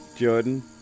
Jordan